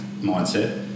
mindset